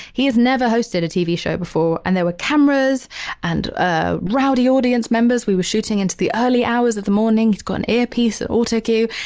he has never hosted a tv show before. and there were cameras and ah rowdy audience members. we were shooting into the early hours of the morning. he's got an earpiece, an audio cue,